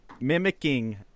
Mimicking